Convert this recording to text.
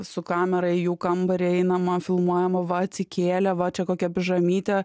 su kamera į jų kambarį einama filmuojama va atsikėlė va čia kokia pižamytė